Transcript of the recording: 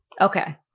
Okay